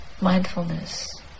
mindfulness